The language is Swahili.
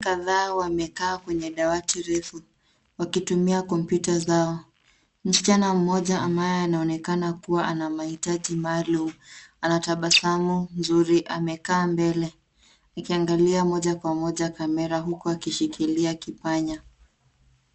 kadhaa wamekaa kwenye dawati refu wakitumia kompyuta zao. Msichana mmoja ambaye anaonekana kuwa ana mahitaji maalum ana tabasamu mzuri. Amekaa mbele akiangalia moja kwa moja kamera huku akishikilia kipanya.